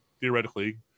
theoretically